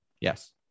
Yes